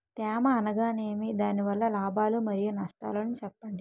తేమ అనగానేమి? దాని వల్ల లాభాలు మరియు నష్టాలను చెప్పండి?